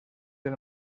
del